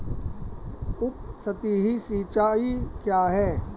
उपसतही सिंचाई क्या है?